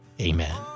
Amen